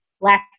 last